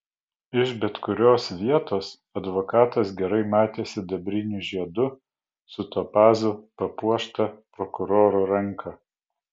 iš bet kurios vietos advokatas gerai matė sidabriniu žiedu su topazu papuoštą prokuroro ranką